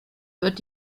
wird